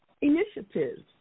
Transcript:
initiatives